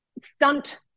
stunt